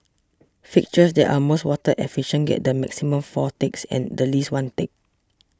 fixtures that are most water efficient get the maximum four ticks and the least one tick